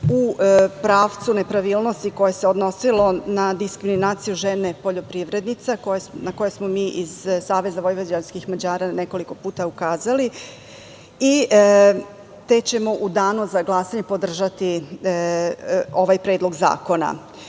u pravcu nepravilnosti koje se odnosilo na diskriminaciju žene poljoprivrednice, na koje smo mi iz SVM nekoliko puta ukazali, te ćemo u danu za glasanje podržati ovaj predlog zakona. Ustav